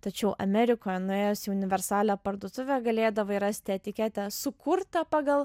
tačiau amerikoje nuėjęs į universalią parduotuvę galėdavai rasti etiketę sukurtą pagal